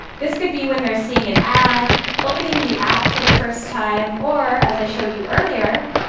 this could be when they're seeing an ad, opening the app for the first time, or, as i showed you earlier,